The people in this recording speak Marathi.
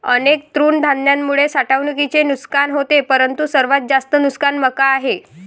अनेक तृणधान्यांमुळे साठवणुकीचे नुकसान होते परंतु सर्वात जास्त नुकसान मका आहे